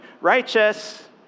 righteous